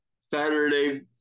Saturday